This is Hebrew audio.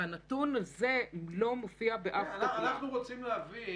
אבל אותי לא מעניין